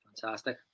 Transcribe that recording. Fantastic